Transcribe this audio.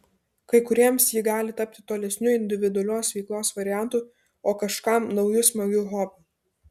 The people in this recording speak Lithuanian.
kai kuriems ji gali tapti tolesniu individualios veiklos variantu o kažkam nauju smagiu hobiu